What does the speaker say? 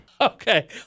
Okay